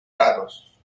raros